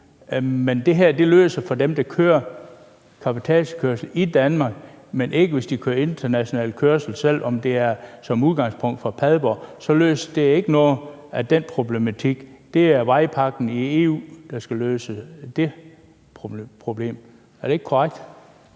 problematikken for dem, som kører cabotagekørsel i Danmark, men ikke for dem, som kører international kørsel. Selv om det som udgangspunkt er fra Padborg, løser lovforslaget ikke noget af den problematik; det er vejpakken i EU, der skal løse det problem. Er det ikke korrekt?